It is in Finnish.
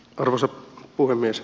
arvoisa puhemies